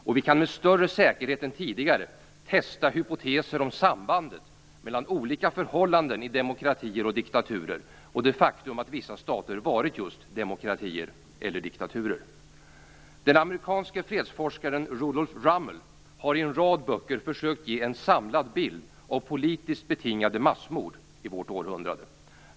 Och vi kan med större säkerhet än tidigare testa hypoteser om sambandet mellan olika förhållanden i demokratier och diktaturer och det faktum att vissa stater varit just demokratier respektive diktaturer. Den amerikanske fredsforskaren Rudolph Rummel har i en rad böcker försökt att ge en samlad bild av politiskt betingade massmord i vårt århundrande.